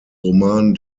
roman